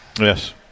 Yes